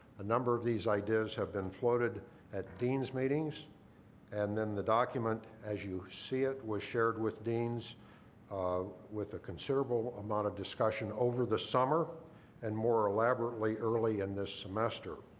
a number of these ideas have been floated at deans' meetings and then the document as you see it was shared with deans with a considerable amount of discussion over the summer and more elaborately early in the semester.